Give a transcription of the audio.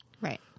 Right